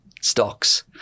stocks